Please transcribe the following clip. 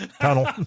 tunnel